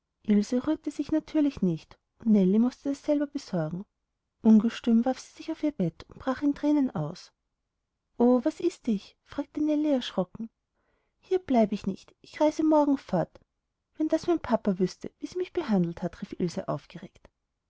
rührte sich natürlich nicht und nellie mußte das selbst besorgen ungestüm warf sie sich auf ihr bett und brach in thränen aus o was ist dich fragte nellie erschrocken hier bleibe ich nicht ich reise morgen fort wenn das mein papa wüßte wie sie mich behandelt hat rief ilse aufgeregt